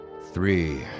Three